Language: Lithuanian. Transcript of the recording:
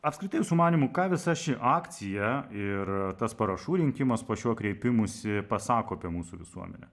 apskritai jūsų manymu ką visa ši akcija ir tas parašų rinkimas po šiuo kreipimusi pasako apie mūsų visuomenę